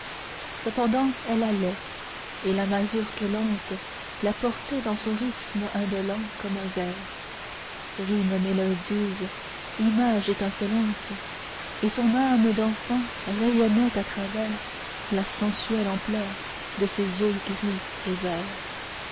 cependant elle allait et la mazurque lente la portait dans son rythme indolent comme un vers rime mélodieuse image étincelante et son âme d'enfant rayonnait à travers la sensuelle ampleur de ses yeux gris et verts